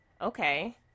okay